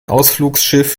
ausflugsschiff